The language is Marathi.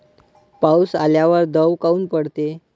पाऊस आल्यावर दव काऊन पडते?